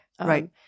Right